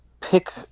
pick